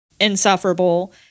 insufferable